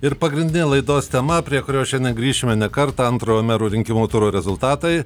ir pagrindinė laidos tema prie kurios šiandien grįšime ne kartą antrojo merų rinkimų turo rezultatai